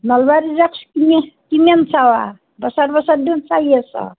নলবাৰীৰ ৰাস তুমি কিমান চৱা বছৰ বছৰ দেখোন চাই আছ